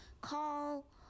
call